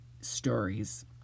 stories